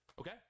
Okay